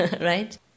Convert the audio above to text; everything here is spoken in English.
right